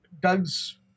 Doug's